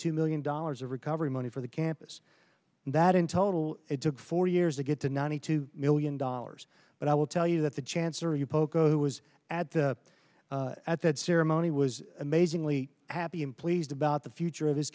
two million dollars of recovery money for the campus and that in total it took four years a get to ninety two million dollars but i will tell you that the chance are you poco who was at the at that ceremony was amazingly happy and pleased about the future of this